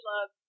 love